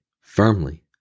firmly